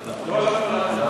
על הקמת הנמל, לא על הפעלת הנמל.